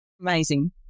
Amazing